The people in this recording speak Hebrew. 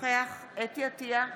נוכח חוה אתי עטייה,